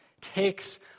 takes